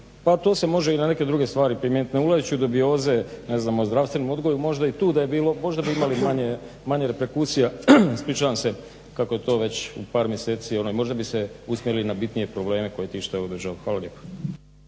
Pa to se može i na neke druge stvari primijeniti, ne ulazeći u dubioze o zdravstvenom odgoju možda da je i tu bilo možda bi imali manje reperkusija, kako je to već par mjeseci možda bi se usmjerili na bitnije probleme koje tište ovu državu. Hvala lijepo.